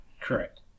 Correct